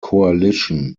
coalition